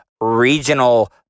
regional